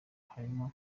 harimo